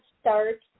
start